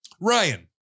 Ryan